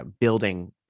building